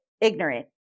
ignorant